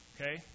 Okay